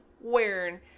wearing